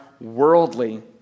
worldly